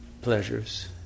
pleasures